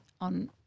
on